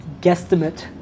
guesstimate